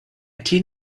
teen